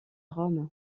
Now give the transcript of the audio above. rome